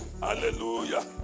Hallelujah